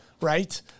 Right